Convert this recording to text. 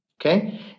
Okay